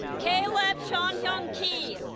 caleb chan hyung ki